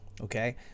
Okay